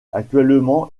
actuellement